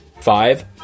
Five